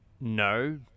no